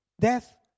death